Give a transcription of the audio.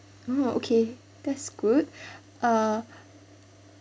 mm okay that's good uh